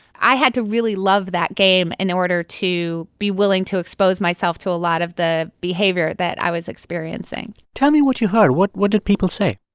i had to really love that game in order to be willing to expose myself to a lot of the behavior that i was experiencing tell me what you heard. what what did people say?